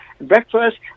breakfast